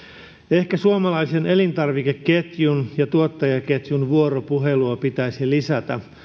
ehkä suomalaisen elintarvikeketjun ja tuottajaketjun vuoropuhelua pitäisi lisätä